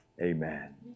Amen